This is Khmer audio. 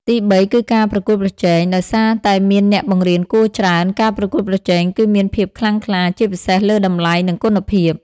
ទីបី គឺការប្រកួតប្រជែង ដោយសារតែមានអ្នកបង្រៀនគួរច្រើន ការប្រកួតប្រជែងគឺមានភាពខ្លាំងក្លា ជាពិសេសលើតម្លៃ និងគុណភាព។